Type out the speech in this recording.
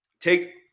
take